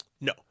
No